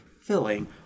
filling